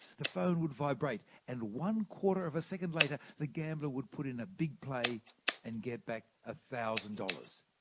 the phone would vibrate, and one quarter of a second later the gambler would put in a big play and get back one ah thousand dollars.